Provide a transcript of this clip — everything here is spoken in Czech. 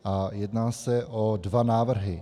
A jedná se o dva návrhy.